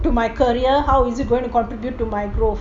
to my career how is it going to contribute to my growth